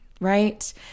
Right